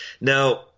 Now